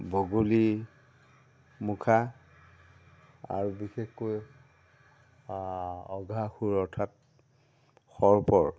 বগলী মুখা আৰু বিশেষকৈ অঘা সুৰ অৰ্থাৎ সৰ্পৰ